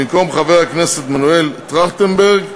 במקום חבר הכנסת מנואל טרכטנברג,